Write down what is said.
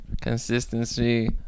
Consistency